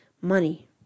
money